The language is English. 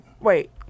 Wait